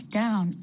down